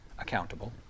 accountable